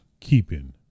Keeping